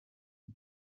است